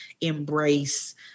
embrace